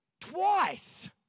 twice